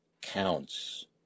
counts